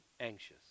anxious